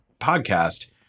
podcast